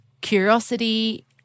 curiosity